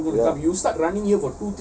ya